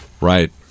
Right